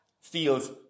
feels